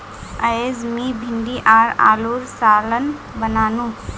अयेज मी भिंडी आर आलूर सालं बनानु